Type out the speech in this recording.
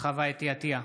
חוה אתי עטייה,